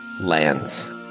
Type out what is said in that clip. lands